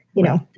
you know,